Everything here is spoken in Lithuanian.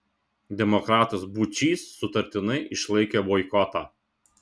demokratas būčys sutartinai išlaikė boikotą